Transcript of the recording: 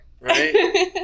Right